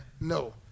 No